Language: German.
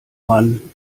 mann